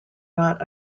not